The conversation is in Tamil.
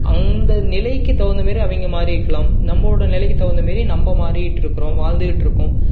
அந்த நிலைக்கு தகுந்த மாரி அவங்க மாறி இருக்கலாம் நம்பளோடய நிலைக்கு தகுந்த மாதிரி நம்ப மாறிட்டிருக்கோம் வாழ்ந்துட்டு இருக்கோம்